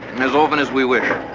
as often as we wish.